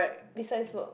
besides work